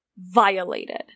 violated